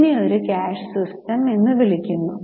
ഇതിനെ ഒരു cash system എന്ന് വിളിക്കുന്നു